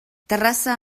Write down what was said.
terrassa